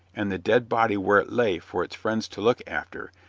and the dead body where it lay for its friends to look after,